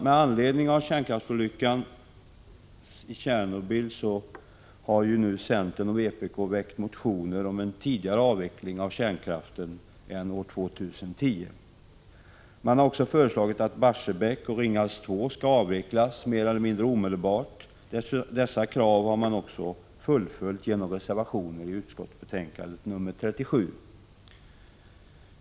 Med anledning av kärnkraftsolyckan i Tjernobyl har nu centern och vpk väckt motioner om en tidigare avveckling av kärnkraften än till år 2010. Man har också föreslagit att Barsebäck och Ringhals 2 skall avvecklas mer eller mindre omedelbart. Dessa krav har man också fullföljt genom reservationer till utskottsbetänkandet nr 37.